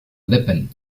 weapon